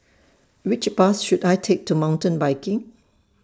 Which Bus should I Take to Mountain Biking